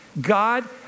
God